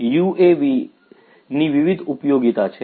UAVs ની વિવિધ ઉપયોગીતા છે